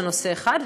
זה נושא אחד,